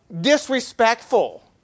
disrespectful